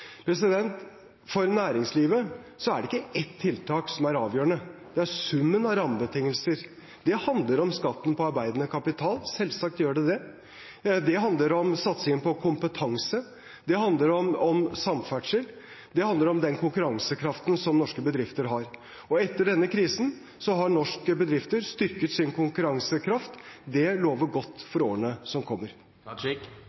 er avgjørende. Det er summen av rammebetingelser. Det handler om skatten på arbeidende kapital, selvsagt gjør det det. Det handler om satsing på kompetanse, det handler om samferdsel, det handler om den konkurransekraften som norske bedrifter har. Etter denne krisen har norske bedrifter styrket sin konkurransekraft. Det lover godt